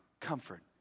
comfort